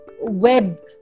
web